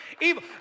evil